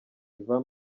ivan